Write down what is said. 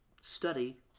study